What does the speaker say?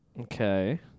Okay